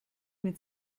mit